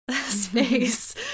space